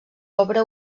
obre